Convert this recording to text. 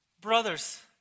brothers